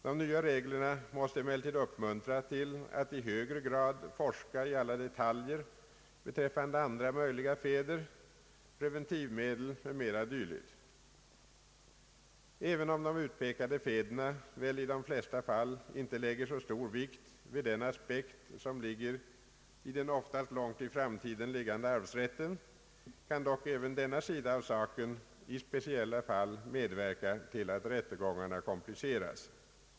De nya reglerna måste emellertid uppmuntra till att i högre grad forska i alla detaljer beträffande andra möjliga fäder, preventivmedel m.m. även om de utpekade fäderna väl i de flesta fall inte lägger så stor vikt vid den aspekt, som ligger i den oftast långt i framtiden liggande arvsrätten, kan dock även denna sida av saken i speciella fall medverka till att rättegångarna kompliceras.